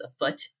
afoot